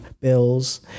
bills